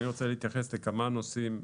אני רוצה להתייחס לכמה נושאים.